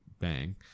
bang